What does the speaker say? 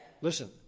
Listen